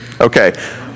Okay